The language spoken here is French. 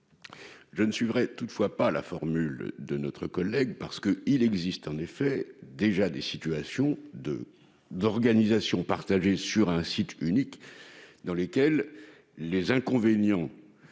Je ne suivrai toutefois pas la formule de notre collègue, car il existe déjà des situations d'organisation partagée sur un site unique, dans lesquelles les inconvénients